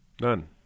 None